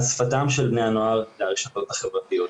אז שפתם של בני הנוער זה הרשתות החברתיות,